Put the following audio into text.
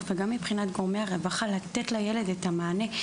ומבחינת גורמי הרווחה החובה היא לתת לילד את המענה.